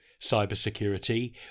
cybersecurity